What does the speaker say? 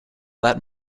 that